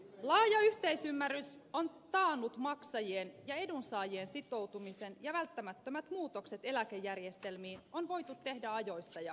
laaja yhteisymmärrys on taannut maksajien ja edunsaajien sitoutumisen ja välttämättömät muutokset eläkejärjestelmiin on voitu tehdä ajoissa ja rauhallisesti